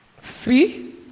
Three